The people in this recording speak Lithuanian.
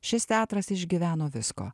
šis teatras išgyveno visko